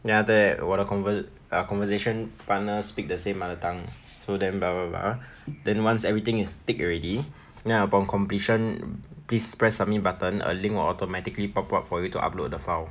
then after that 我的 conversation partner speak the same mother tongue so then blah blah blah then once everything is tick already then upon completion please press submit button a link will automatically pop up for you to upload the file